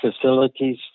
facilities